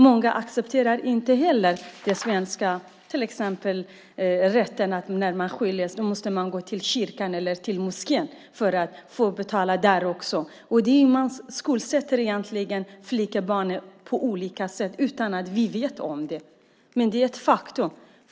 Många accepterar inte heller den svenska rätten. När man skiljer sig måste man gå till kyrkan eller till moskén för att betala där också. Man skuldsätter flickebarnet på olika sätt utan att vi vet om det. Men det är ett faktum.